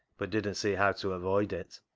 but didn't see how to avoid it,